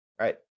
Right